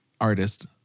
artist